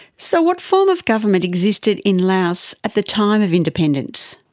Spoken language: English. so what form of government existed in laos at the time of independence?